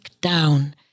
down